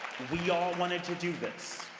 we all wanted to do this.